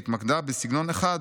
והתמקדה בסגנון אחד,